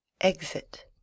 exit